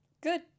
good